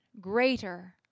greater